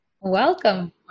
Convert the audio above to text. Welcome